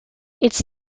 its